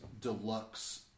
Deluxe